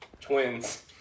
Twins